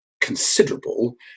considerable